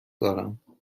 دارم